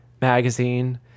Magazine